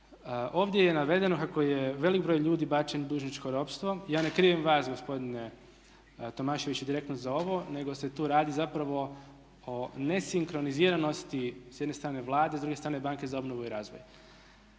Ovdje je navedeno kako je velik broj ljudi bačen u dužničko ropstvo. Ja ne krivim vas gospodine Tomaševiću direktno za ovo, nego se tu radi zapravo o nesinkroniziranosti s jedne strane Vlade, s druge strane banke za obnovu i razvoj.